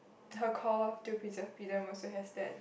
her call to preserve freedom also has that